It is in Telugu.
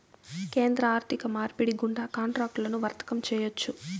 కేంద్ర ఆర్థిక మార్పిడి గుండా కాంట్రాక్టులను వర్తకం చేయొచ్చు